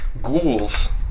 Ghouls